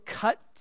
cut